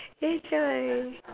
that's why